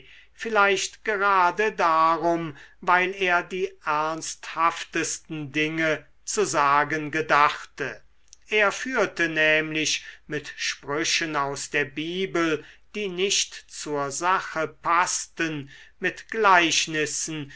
vielleicht gerade darum weil er die ernsthaftesten dinge zu sagen gedachte er führte nämlich mit sprüchen aus der bibel die nicht zur sache paßten mit gleichnissen